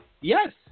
Yes